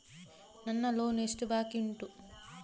ನನ್ನ ಲೋನ್ ಎಷ್ಟು ಬಾಕಿ ಉಂಟು?